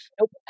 nope